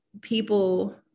people